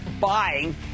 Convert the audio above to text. buying